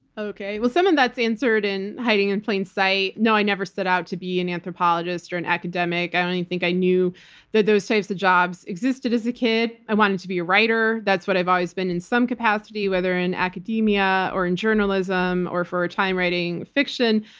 okay. some of that's answered in hiding in plain sight. no, i never set out to be an anthropologist or an academic. i don't even think i knew that those types of jobs existed as a kid. i wanted to be a writer. that's what i've always been in some capacity, whether in academia or in journalism, or, for a time, writing fiction.